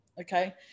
Okay